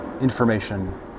information